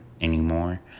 anymore